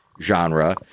genre